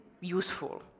useful